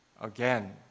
again